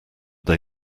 they